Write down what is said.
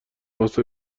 عاصف